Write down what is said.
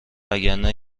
وگرنه